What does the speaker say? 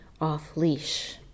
off-leash